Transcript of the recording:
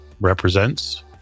represents